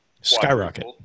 skyrocket